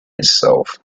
itself